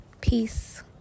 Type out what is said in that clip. Peace